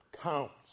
counts